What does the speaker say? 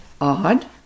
Odd